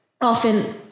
often